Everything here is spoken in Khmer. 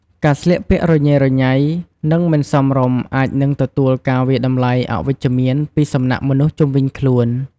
ការស្លៀកពាក់រញ៉េរញ៉ៃ និង មិនសមរម្យអាចនឹងទទួលការវាយតម្លៃអវិជ្ជមានពីសំណាក់មនុស្សជុំវិញខ្លួន។